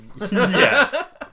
Yes